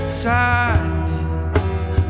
sadness